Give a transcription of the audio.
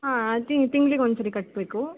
ಹಾಂ ತಿಂಗ್ಳಿಗೆ ಒಂದುಸರಿ ಕಟ್ಟಬೇಕು